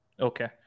Okay